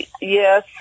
yes